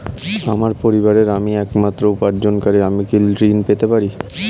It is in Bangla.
আমার পরিবারের আমি একমাত্র উপার্জনকারী আমি কি ঋণ পেতে পারি?